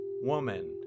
Woman